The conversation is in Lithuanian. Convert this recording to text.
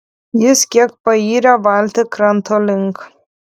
jis kiek payrė valtį kranto link